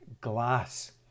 glass